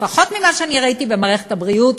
לפחות ממה שאני ראיתי במערכת הבריאות,